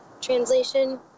translation